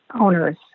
owners